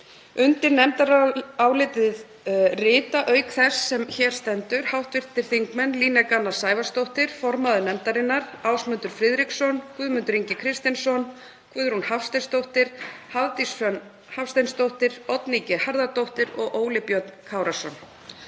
Undir nefndarálitið rita, auk þess sem hér stendur, hv. þingmenn Líneik Anna Sævarsdóttir, formaður nefndarinnar, Ásmundur Friðriksson, Guðmundur Ingi Kristinsson, Guðrún Hafsteinsdóttir, Hafdís Hrönn Hafsteinsdóttir, Oddný G. Harðardóttir og Óli Björn Kárason.